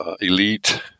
elite